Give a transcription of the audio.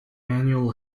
annual